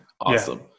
awesome